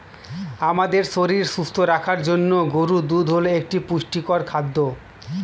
আমাদের শরীর সুস্থ রাখার জন্য গরুর দুধ হল একটি পুষ্টিকর খাদ্য